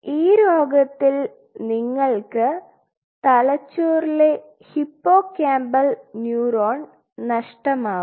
ഈ രോഗത്തിൽ നിങ്ങൾക്ക് തലച്ചോറിലെ ഹിപ്പോകാമ്പൽ ന്യൂറോൺ നഷ്ടമാവും